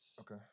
okay